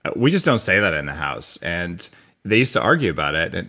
but we just don't say that in the house and they so argue about it.